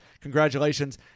Congratulations